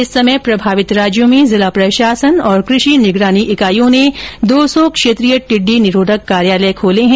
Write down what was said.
इस समय प्रभावित राज्यों में जिला प्रशासन और कृषि निगरानी इकाइयों ने दो सौ क्षेत्रीय टिड्डी निरोधक कार्यालय खोले हैं